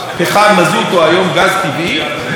שמזהם פחות אבל עדיין יש לו מחירים,